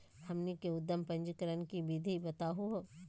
हमनी के उद्यम पंजीकरण के विधि बताही हो?